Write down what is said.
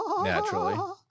naturally